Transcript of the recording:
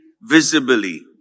visibly